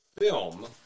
film